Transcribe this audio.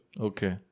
Okay